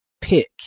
pick